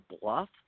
bluff